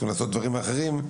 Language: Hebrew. צריכים לעשות לדברים אחרים,